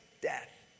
death